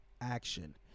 action